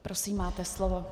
Prosím, máte slovo.